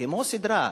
כמו סדרה,